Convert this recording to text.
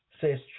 says